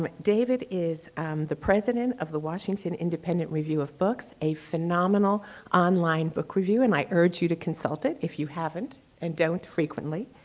um david is the president of the washington independent review of books, a phenomenal online book review. and i urge you to consult it if you haven't and don't frequently,